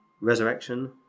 resurrection